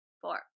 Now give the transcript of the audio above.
Four